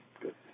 Good